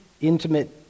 intimate